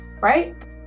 Right